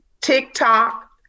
TikTok